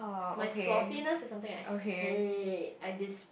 my sloppiness is something that I hate I